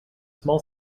small